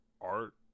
art